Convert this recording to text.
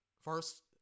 First